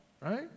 Right